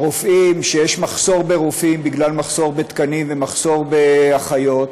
שיש מחסור ברופאים בגלל מחסור בתקנים ומחסור באחיות,